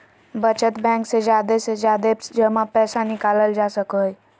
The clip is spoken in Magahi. बचत बैंक से जादे से जादे जमा पैसा निकालल जा सको हय